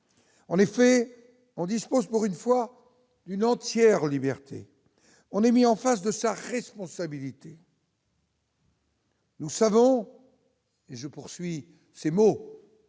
en effet, on dispose pour une fois une entière liberté, on a mis en face de sa responsabilité. Nous savons je poursuis ses mots,